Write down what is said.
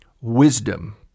wisdom